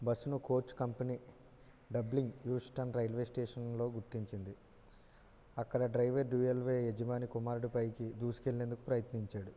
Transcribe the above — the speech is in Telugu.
బస్సును coach company Dublin Heuston railway స్టేషన్లో గుర్తించింది అక్కడ డ్రైవర్ డ్యూయల్ వే యజమాని కుమారుడిపైకి దూసుకెళ్ళేందుకు ప్రయత్నించాడు